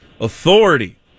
authority